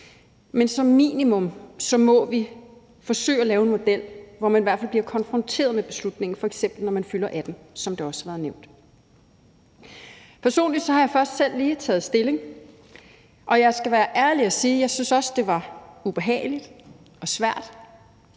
men som minimum må vi forsøge at lave en model, hvor man i hvert fald bliver konfronteret med beslutningen, f.eks. når man fylder 18 år, som det også har været nævnt. Personligt har jeg først lige taget stilling, og jeg skal være ærlig og sige, at jeg også synes, det var ubehageligt og svært,